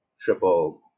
Triple